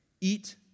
Eat